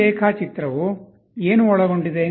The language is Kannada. ಈ ರೇಖಾಚಿತ್ರವು ಏನು ಒಳಗೊಂಡಿದೆ